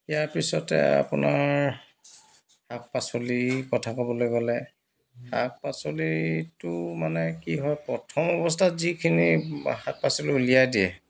ইয়াৰ পিছতে আপোনাৰ শাক পাচলি কথা ক'বলৈ গ'লে শাক পাচলিটো মানে কি হয় প্রথম অৱস্থাত যিখিনি শাক পাচলি উলিয়াই দিয়ে